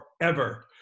forever